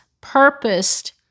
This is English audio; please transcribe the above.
purposed